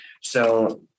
So-